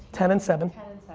ten and seven,